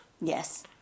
Yes